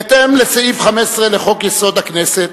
בהתאם לסעיף 15 לחוק-יסוד: הכנסת,